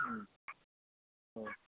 ओं औ